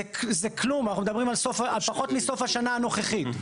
זה כלום, אנחנו מדברים על פחות מסוף השנה הנוכחית.